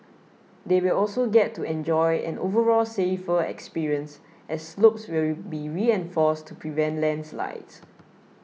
they will also get to enjoy an overall safer experience as slopes will be reinforced to prevent landslides